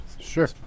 Sure